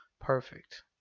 perfect